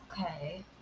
okay